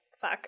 fuck